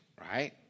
right